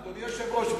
אדוני היושב-ראש,